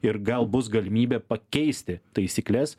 ir gal bus galimybė pakeisti taisykles